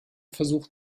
versuch